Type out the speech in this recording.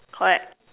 correct